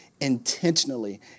intentionally